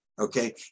Okay